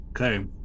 Okay